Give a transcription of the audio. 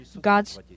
God's